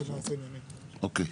--- אוקיי.